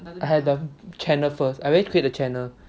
I have the channel first I already created the channel